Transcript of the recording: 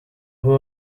who